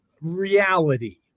Reality